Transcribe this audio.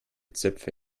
zöpfe